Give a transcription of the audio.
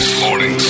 morning